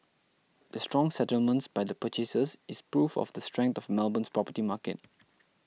the strong settlements by the purchasers is proof of the strength of Melbourne's property market